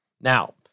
Now